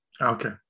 Okay